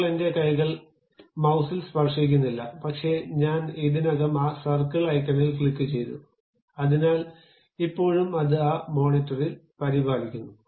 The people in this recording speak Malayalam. ഇപ്പോൾ എന്റെ കൈകൾ മൌസിൽ സ്പർശിക്കുന്നില്ല പക്ഷേ ഞാൻ ഇതിനകം ആ സർക്കിൾ ഐക്കണിൽ ക്ലിക്കുചെയ്തു അതിനാൽ ഇപ്പോഴും അത് ആ മോണിറ്ററിൽ പരിപാലിക്കുന്നു